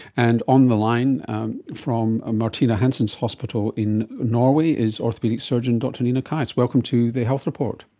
and on the line from ah martina hansens hospital in norway is orthopaedic surgeon dr nina kise. welcome to the health report.